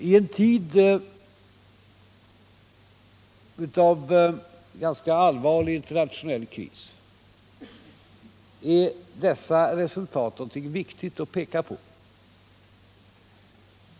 I en tid av allvarlig internationell kris är dessa resultat någonting viktigt att peka på.